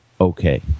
okay